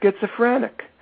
schizophrenic